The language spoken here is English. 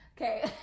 Okay